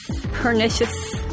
pernicious